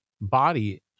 body